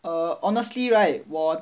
err honestly right 我